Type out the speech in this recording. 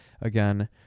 again